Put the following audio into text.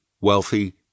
wealthy